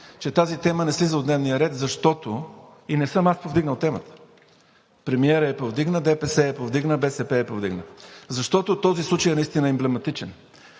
че тази тема не слиза от дневния ред. И не съм повдигнал темата аз – премиерът я повдигна, ДПС я повдигна, БСП я повдигна, защото този случай наистина е емблематичен.